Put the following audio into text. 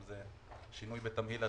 אם זה שינוי בתמהיל הדלקים,